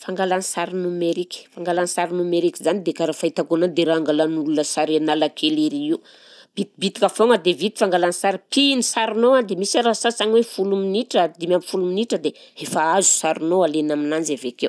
Fangalan-sary nomeriky, fangalan-sary nomeriky zany dia karaha fahitako anany dia raha angalan'olona sary Analakely ery io, bitibitika foagna dia vita fangalany sary, pihiny sarinao a dia misy ara sasany hoe folo minitra, dimy amby folo minitra dia efa azo sarinao, alena aminanjy avy akeo.